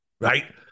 right